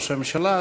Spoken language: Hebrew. ראש הממשלה.